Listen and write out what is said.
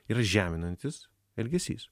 yra žeminantis elgesys